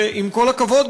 ועם כל הכבוד,